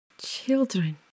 Children